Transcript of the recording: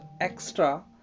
extra